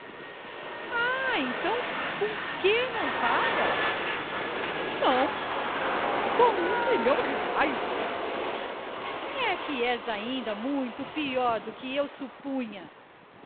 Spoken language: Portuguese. ah então com que não pagas não com um milhão de raios é que és muito pior do que eu supunha